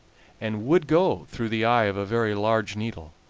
and would go through the eye of a very large needle